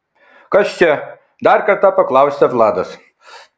kas čia dar kartą paklausia vladas